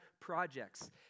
projects